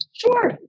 Sure